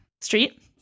street